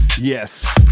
Yes